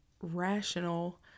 rational